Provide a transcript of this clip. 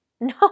No